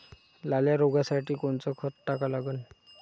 लाल्या रोगासाठी कोनचं खत टाका लागन?